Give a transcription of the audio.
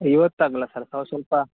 ಇವತ್ತು ಆಗಲ್ಲ ಸರ್ ತಾವು ಸ್ವಲ್ಪ